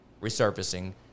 resurfacing